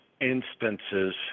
instances